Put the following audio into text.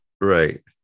Right